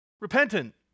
repentant